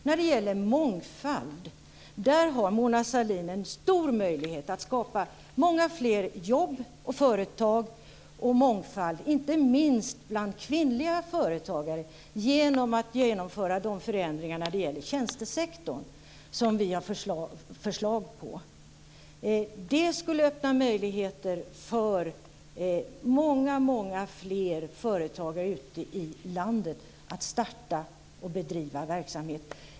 När det gäller mångfald har Mona Sahlin en stor möjlighet att skapa många fler jobb, fler företag och mer mångfald, inte minst bland kvinnliga företagare, genom att genomföra de förändringar i fråga om tjänstesektorn som vi har föreslagit. Det skulle öppna möjligheter för många, många fler företagare ute i landet att starta och bedriva verksamhet.